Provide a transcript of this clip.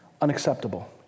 unacceptable